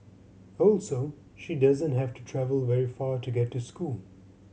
also she doesn't have to travel very far to get to school